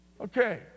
okay